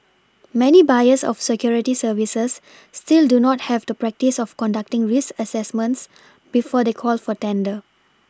many buyers of security services still do not have the practice of conducting risk assessments before they call for tender